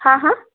হা হা